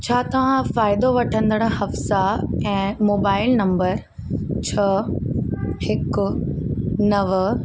छा तव्हां फ़ाइदो वठंदड़ु हफ़्सा ऐं मोबाइल नंबर छह हिकु नव